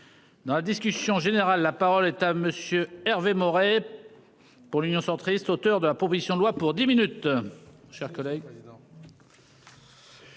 Dans la discussion générale. La parole est à monsieur Hervé Maurey. Pour l'Union centriste, auteur de la proposition de loi pour 10 minutes.